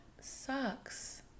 sucks